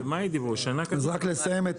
שנה קדימה.